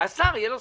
לשר תהיה סמכות.